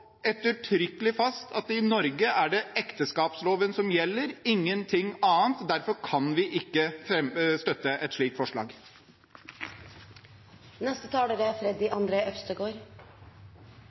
ettertrykkelig fast at i Norge er det ekteskapsloven som gjelder – ingenting annet. Derfor kan vi ikke støtte et slikt forslag. Det er